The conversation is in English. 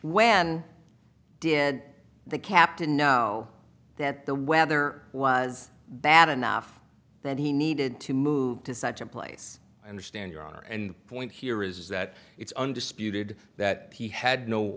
when did the captain know that the weather was bad enough that he needed to move to such a place i understand your honor and point here is that it's undisputed that he had no